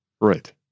Right